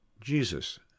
Jesus